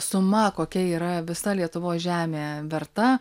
suma kokia yra visa lietuvos žemė verta